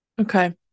Okay